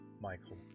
Michael